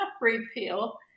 repeal